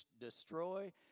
destroy